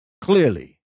clearly